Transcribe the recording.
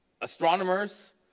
astronomers